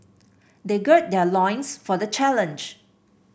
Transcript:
they gird their loins for the challenge